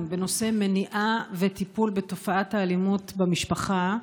בנושא מניעה וטיפול בתופעת האלימות במשפחה,